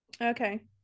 Okay